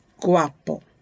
guapo